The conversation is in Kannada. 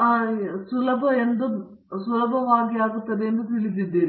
ನಾವು ಸುಲಭವಾಗಿ ಮೆಚ್ಚುತ್ತೇವೆ